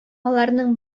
аларның